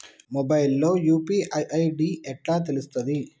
Mobile లో UPI ID ఎట్లా తెలుస్తది?